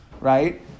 Right